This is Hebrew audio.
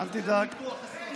אל תדאג.